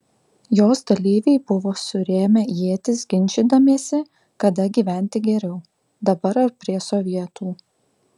jos dalyviai buvo surėmę ietis ginčydamiesi kada gyventi geriau dabar ar prie sovietų